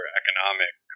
economic